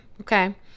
Okay